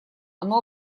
оно